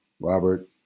Robert